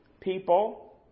People